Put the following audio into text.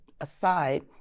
aside